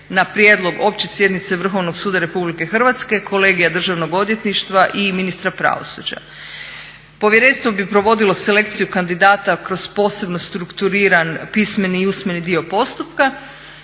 na prijedlog Opće sjednice Vrhovnog suda RH, Kolegija Državnog odvjetništva i ministra pravosuđa. Povjerenstvo bi provodilo selekciju kandidata kroz posebno strukturiran pismeni i usmeni dio postupka